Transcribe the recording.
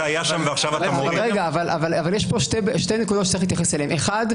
יש פה שתי נקודות שצריך להתייחס אליהן: אחת,